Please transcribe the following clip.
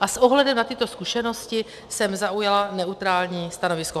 S ohledem na tyto skutečnosti jsem zaujala neutrální stanovisko.